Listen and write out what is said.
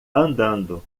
andando